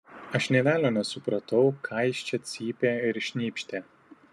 aš nė velnio nesupratau ką jis čia cypė ir šnypštė